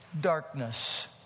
darkness